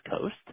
Coast